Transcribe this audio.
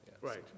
Right